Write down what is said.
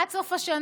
עד סוף השנה,